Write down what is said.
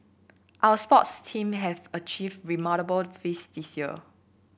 our sports team have achieved remarkable feat this year